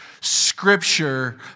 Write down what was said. Scripture